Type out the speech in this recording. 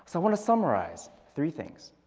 so wanna summarize three things.